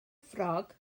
ffrog